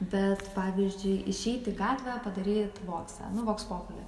bet pavyzdžiui išeit į gatvę padaryt voksą nu voks populi